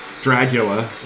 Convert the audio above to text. Dracula